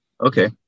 okay